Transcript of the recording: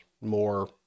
more